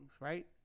right